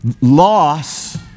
loss